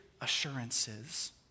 assurances